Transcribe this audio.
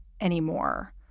anymore